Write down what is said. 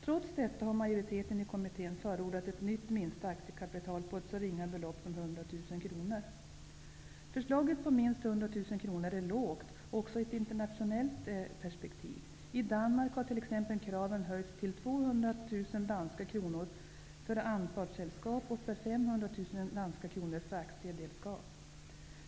Trots detta har majoriteten i kommittén förordat ett nytt minsta aktiekapital på ett så ringa belopp som 100 000 kr. Det föreslagna beloppet på minst 100 000 kr är lågt, också i ett internationellt perspektiv. I Danmark har kraven ökat till 200 000 danska kronor för ''aktiedelskab''.